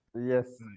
Yes